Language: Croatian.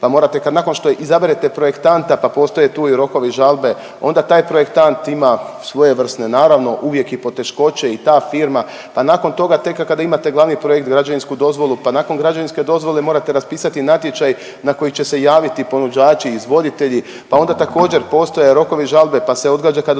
pa morate nakon što izaberete projektanta pa postoje tu rokovi žalbe onda taj projektant ima svojevrsne naravno uvijek i poteškoće i ta firma, pa nakon toga tek kada imate glavni projekt, građevinsku dozvolu pa nakon građevinske dozvole morate raspisati natječaj na koji će se javiti ponuđači izvoditelji, pa onda također postoje rokovi žalbe pa se odgađa kada dobivate